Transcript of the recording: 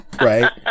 right